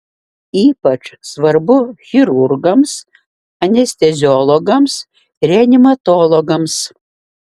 ypač svarbu chirurgams anesteziologams reanimatologams